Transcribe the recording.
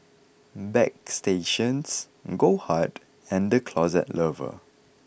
Bagstationz Goldheart and The Closet Lover